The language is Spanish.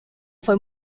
fue